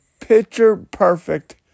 picture-perfect